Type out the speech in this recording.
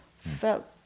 felt